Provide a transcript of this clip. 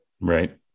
Right